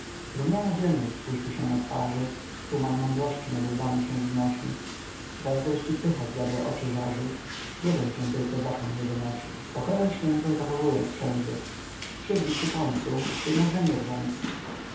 rumiana dzielność błyszczy się na twarzy tuman mądrości nad łbami się wznosi zazdrość i pycha zjadłe oczy żarzy jeden się tylko zakon nie wynosi pokorę świętą zachowując wszędzie siedli przy końcu jednakże nie w